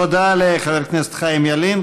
תודה לחבר הכנסת חיים ילין.